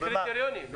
יש קריטריונים.